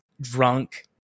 drunk